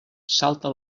salta